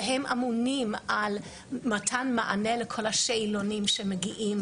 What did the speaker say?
והם אמונים על מתן מענה לכל השאלונים שמגיעים